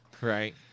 Right